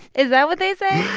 is that what they say?